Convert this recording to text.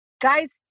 guys